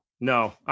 No